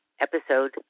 episode